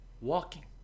walking